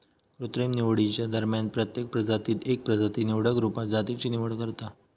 कृत्रिम निवडीच्या दरम्यान प्रत्येक प्रजातीत एक प्रजाती निवडक रुपात जातीची निवड करता